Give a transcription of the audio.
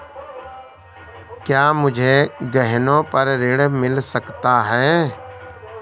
क्या मुझे गहनों पर ऋण मिल सकता है?